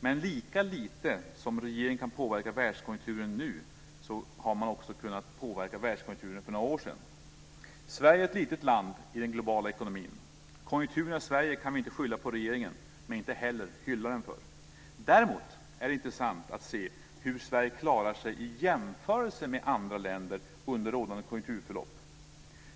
Men lika lite som regeringen kan påverka världskonjunkturen nu, har man kunnat påverka världskonjunkturen för några år sedan. Sverige är ett litet land i den globala ekonomin. Konjunkturerna i Sverige kan vi inte skylla på regeringen, men inte heller hylla den för. Däremot är det intressant att se hur Sverige klarar sig i jämförelse med andra länder under rådande konjunkturförlopp.